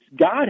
God